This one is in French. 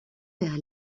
vers